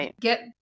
get